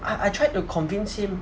I tried to convince him